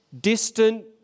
distant